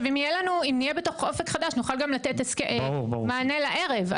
אם נהיה בתוך אופק חדש, נוכל לתת גם מענה לערב.